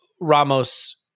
Ramos